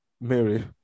Mary